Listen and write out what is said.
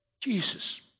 Jesus